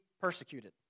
persecuted